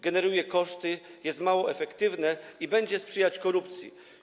Generuje koszty, jest mało efektywne i będzie sprzyjać korupcji.